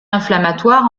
inflammatoires